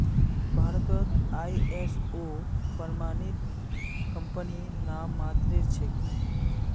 भारतत आई.एस.ओ प्रमाणित कंपनी नाममात्रेर छेक